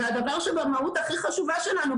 זה הדבר שבמהות הכי חשובה שלנו,